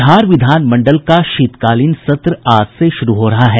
बिहार विधानमंडल का शीतकालीन सत्र आज से शुरू हो रहा है